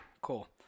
Cool